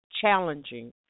challenging